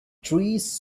trees